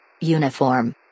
Uniform